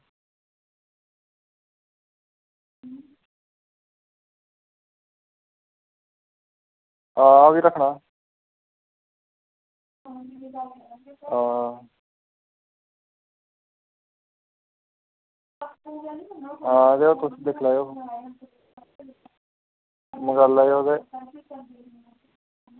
आं ओह्बी रक्खना आं आं ते उत्त दिक्खी लैयो मंगाई लैयो ते